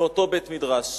מאותו בית-מדרש,